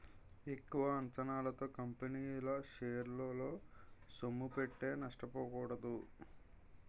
ఎక్కువ అంచనాలతో కంపెనీల షేరల్లో సొమ్ముపెట్టి నష్టపోకూడదు